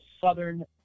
southern